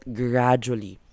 gradually